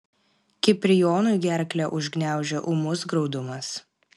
kiprijonui gerklę užgniaužia ūmus graudumas